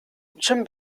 jim